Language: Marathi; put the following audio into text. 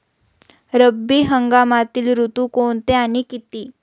रब्बी हंगामातील ऋतू कोणते आणि किती?